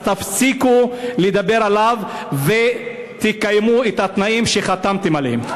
אז תפסיקו לדבר עליו ותקיימו את התנאים שחתמתם עליהם.